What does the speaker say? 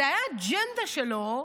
זאת הייתה האג'נדה שלו,